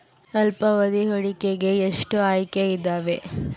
ಅಲ್ಪಾವಧಿ ಹೂಡಿಕೆಗೆ ಎಷ್ಟು ಆಯ್ಕೆ ಇದಾವೇ?